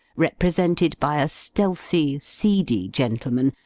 represented by a stealthy seedy gentleman,